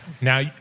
Now